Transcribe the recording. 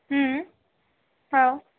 हम्म हा